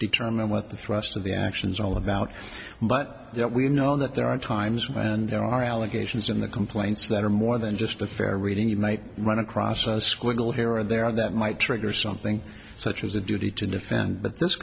determine what the thrust of the actions are all about but we know that there are times when there are allegations in the complaints that are more than just a fair reading you might run across a squiggle here or there that might trigger something such as a duty to defend but th